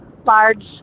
large